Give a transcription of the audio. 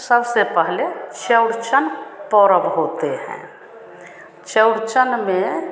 सबसे पहले चौरचन परब होते हैं चौरचन में